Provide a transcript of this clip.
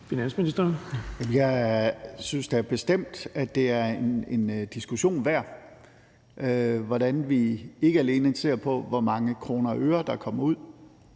Wammen): Jeg synes da bestemt, det er en diskussion værd at tale om, hvordan vi ikke alene ser på, hvor mange kroner og øre der kommer ud,